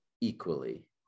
equally